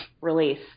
release